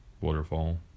Waterfall